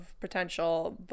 potential